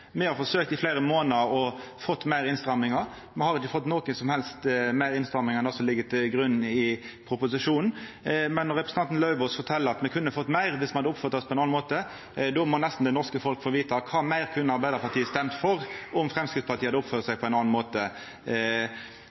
Me har forsøkt i fleire månader å få til fleire innstrammingar. Me har ikkje fått fleire innstrammingar enn dei som ligg til grunn i proposisjonen, men når representanten Lauvås fortel at me kunne ha fått meir viss me hadde oppført oss på ein annan måte, må nesten det norske folk få vita kva meir Arbeidarpartiet kunne ha stemt for om Framstegspartiet hadde oppført seg på ein annan måte.